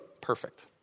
Perfect